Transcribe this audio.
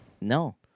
No